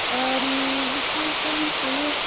ꯂꯤꯁꯤꯡ ꯀꯨꯟ ꯐꯪꯉꯦ